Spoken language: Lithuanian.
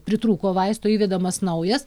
pritrūko vaistų įvedamas naujas